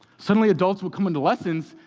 suddenly, adults would come into lessons,